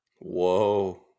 Whoa